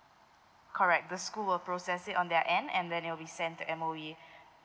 correct the school will process it on their end and then it'll be sent to M_O_E